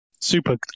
Super